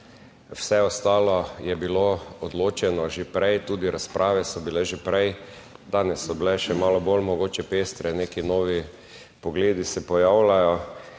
vse ostalo je bilo odločeno že prej, tudi razprave so bile že prej, danes so bile še malo bolj mogoče pestre, neki novi pogledi se pojavljajo,